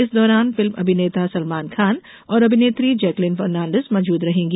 इस दौरान फिल्म अभिनेता सलमान खान और अभिनेत्री जेक्लीन फर्नांडीज मौजूद रहेंगी